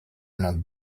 not